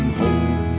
home